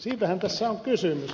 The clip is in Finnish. siitähän tässä on kysymys